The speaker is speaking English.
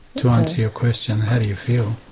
to answer your question how do you feel.